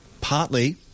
partly